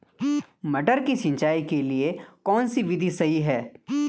मटर की सिंचाई के लिए कौन सी विधि सही है?